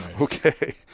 Okay